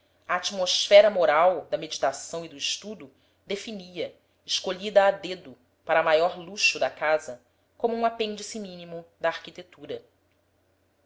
atmosfera moral da meditação e do estudo definia escolhida a dedo para maior luxo da casa como um apêndice mínimo da arquitetura